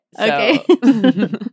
Okay